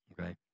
Okay